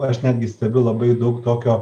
aš netgi stebiu labai daug tokio